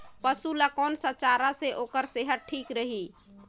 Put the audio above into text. पशु ला कोन स चारा से ओकर सेहत ठीक रही?